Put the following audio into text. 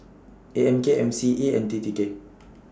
A M K M C E and T T K